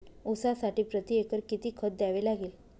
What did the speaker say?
ऊसासाठी प्रतिएकर किती खत द्यावे लागेल?